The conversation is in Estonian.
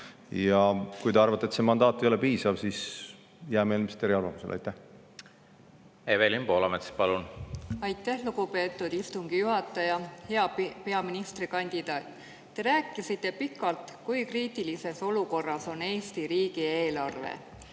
Kui te arvate, et see mandaat ei ole piisav, siis ma jään ilmselt eriarvamusele. Evelin Poolamets, palun! Aitäh, lugupeetud istungi juhataja! Hea peaministrikandidaat! Te rääkisite pikalt, kui kriitilises olukorras on Eesti riigieelarve.